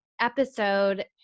episode